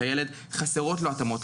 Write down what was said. לילד חסרות התאמות,